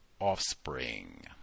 offspring